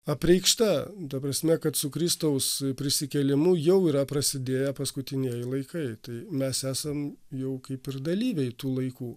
apreikšta ta prasme kad su kristaus prisikėlimu jau yra prasidėję paskutinieji laikai tai mes esam jau kaip ir dalyviai tų laikų